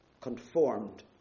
conformed